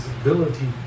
ability